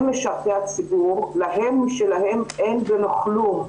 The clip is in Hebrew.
הם משרתי הציבור, להם משלהם אין ולא כלום.